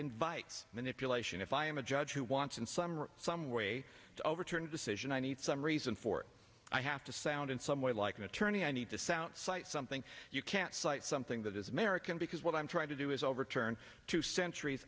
invites manipulation if i am a judge who wants and some are some way to overturn a decision i need some reason for i have to sound in some way like an attorney i need to sound cite something you can't cite something that is american because what i'm trying to do is overturn two centuries